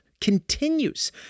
continues